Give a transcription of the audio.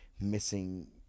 missing